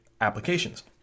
applications